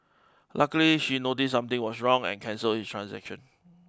luckily she noticed something was wrong and cancelled his transaction